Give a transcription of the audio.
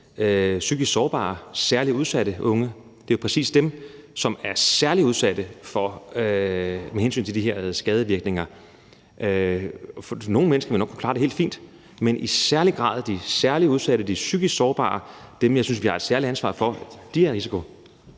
psykisk sårbare og særlig udsatte unge, som præcis er særlig udsatte med hensyn til de her skadevirkninger. Nogle mennesker vil nok kunne klare det helt fint, men i særlig grad de særlig udsatte og de psykisk sårbare, dem, jeg synes vi har et særligt ansvar for, er i risiko.